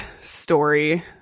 story